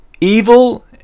Evil